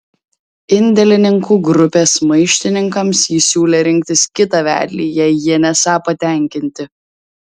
indėlininkų grupės maištininkams jis siūlė rinktis kitą vedlį jei jie nesą patenkinti